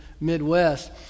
Midwest